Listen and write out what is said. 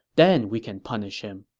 then we can punish him.